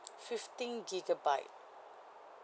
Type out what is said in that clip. fifteen gigabyte